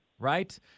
Right